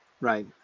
right